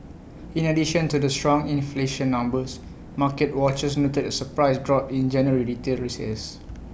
in addition to the strong inflation numbers market watchers noted A surprise drop in January retail sales